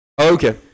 Okay